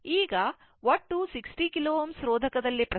ಈ 240 ಮತ್ತು 60 ಸಮಾನಾಂತರವಾಗಿರುತ್ತವೆ